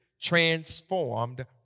transformed